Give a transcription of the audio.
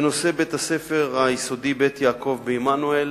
בנושא בית-הספר "בית יעקב" בעמנואל